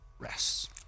rests